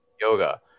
yoga